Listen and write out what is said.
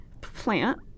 plant